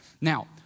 Now